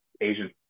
asian